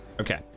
Okay